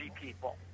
people